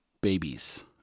babies